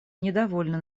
недовольно